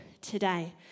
today